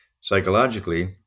psychologically